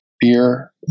beer